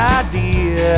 idea